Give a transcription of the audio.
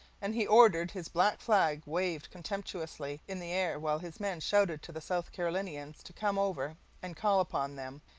and he ordered his black flag waved contemptuously in the air while his men shouted to the south carolinians to come over and call upon them,